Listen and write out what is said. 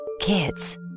Kids